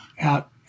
out